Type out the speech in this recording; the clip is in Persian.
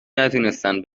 نتونستن